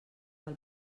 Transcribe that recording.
del